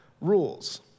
rules